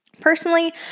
Personally